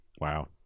Wow